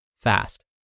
fast